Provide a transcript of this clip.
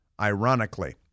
ironically